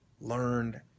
Learned